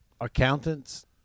Accountants